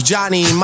Johnny